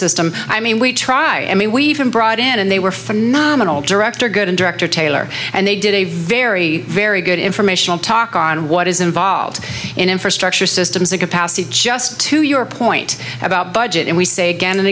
system i mean we try and we've been brought in and they were phenomenal director good and director taylor and they did a very very good informational talk on what is involved in infrastructure systems the capacity just to your point about budget and we say again and